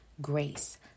grace